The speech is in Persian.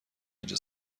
اینجا